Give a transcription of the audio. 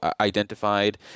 identified